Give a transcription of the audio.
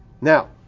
Now